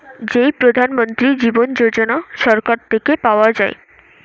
যেই প্রধান মন্ত্রী জীবন যোজনা সরকার থেকে পাওয়া যায়